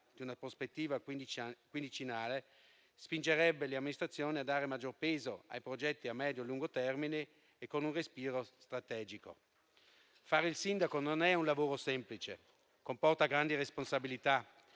di una prospettiva quindicennale spingerebbe le amministrazioni a dare maggior peso ai progetti a medio e lungo termine e con un respiro strategico. Fare il sindaco non è un lavoro semplice. Comporta grandi responsabilità